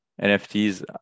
NFTs